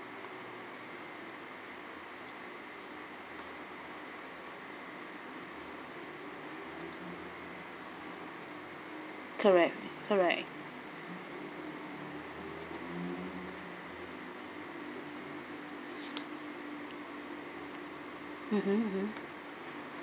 correct correct mmhmm